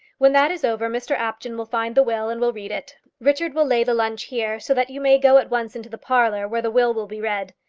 when that is over mr apjohn will find the will, and will read it. richard will lay the lunch here, so that you may go at once into the parlour, where the will will be read.